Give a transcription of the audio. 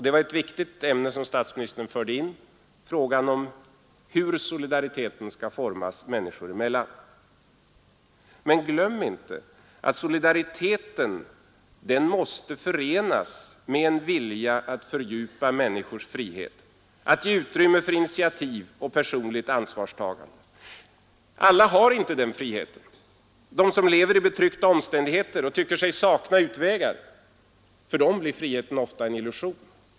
Det var ett viktigt ämne statsministern förde in i debatten, nämligen frågan om hur solidariteten skall formas människor emellan. Men glöm inte att solidariteten måste förenas med en vilja att fördjupa människors frihet och ge utrymme för initiativ och personligt ansvarstagande. Alla har inte den friheten. För dem som lever i betryckta omständigheter och tycker sig sakna utvägar blir friheten ofta en illusion.